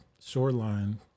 shoreline